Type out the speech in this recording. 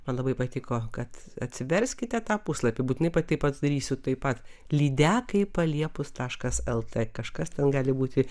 man labai patiko kad atsiverskite tą puslapį būtinai pati padarysiu taip pat lydekai paliepus taškas el t kažkas ten gali būti